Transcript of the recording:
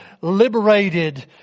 liberated